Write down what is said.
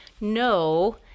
no